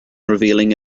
revealing